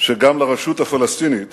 שגם לרשות הפלסטינית